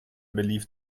believe